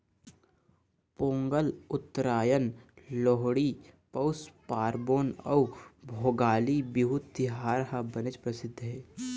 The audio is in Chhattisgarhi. पोंगल, उत्तरायन, लोहड़ी, पउस पारबोन अउ भोगाली बिहू तिहार ह बनेच परसिद्ध हे